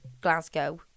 Glasgow